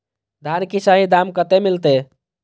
धान की सही दाम कते मिलते?